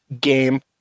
game